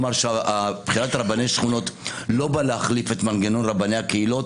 בחירת רבני השכונות לא באה להחליף את מנגנון רבני הקהילות.